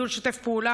מי שהתעסק בחטופי תימן,